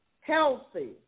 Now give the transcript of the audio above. healthy